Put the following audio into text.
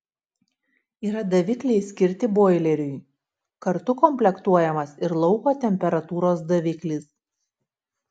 yra davikliai skirti boileriui kartu komplektuojamas ir lauko temperatūros daviklis